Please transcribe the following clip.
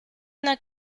una